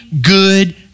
good